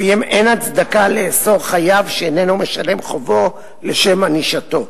שלפיהם אין הצדקה לאסור חייב שאיננו משלם חובו לשם ענישתו,